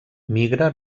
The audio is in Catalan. migra